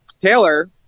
Taylor